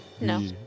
No